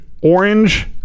orange